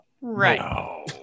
Right